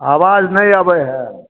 आवाज नहि अबैत है